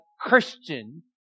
Christian